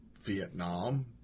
Vietnam